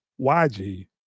YG